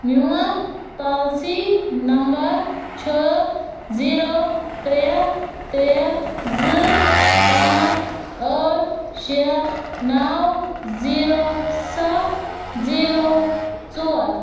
میٛون policy number چھُ zero ترٛےٚ ترٛےٚ زٕ پانٛژھ ٲٹھ شےٚ نَو زیٖرو سَتھ زیٖرو ژور